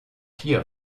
hier